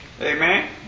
Amen